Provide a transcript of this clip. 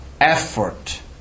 effort